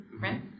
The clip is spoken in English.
right